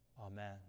amen